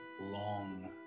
long